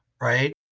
right